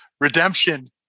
redemption